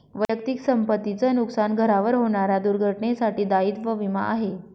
वैयक्तिक संपत्ती च नुकसान, घरावर होणाऱ्या दुर्घटनेंसाठी दायित्व विमा आहे